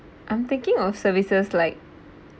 I'm thinking of services like